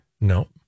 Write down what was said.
no